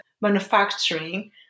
manufacturing